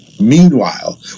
Meanwhile